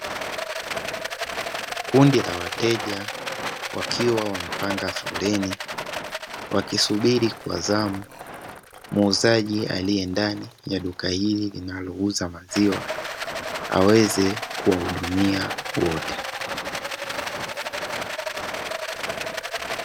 Kundi la wateja wakiwa wamepanga foleni wakisubiri kwa zamu muuzaji aliye ndani ya duka hili linalouza maziwa, aweze kuwahudumia wote.